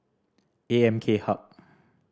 A M K Hub